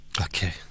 Okay